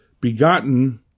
begotten